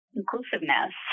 inclusiveness